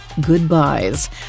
goodbyes